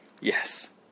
Yes